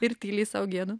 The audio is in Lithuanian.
ir tyliai sau gėdu